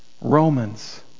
Romans